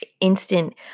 instant